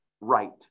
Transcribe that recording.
right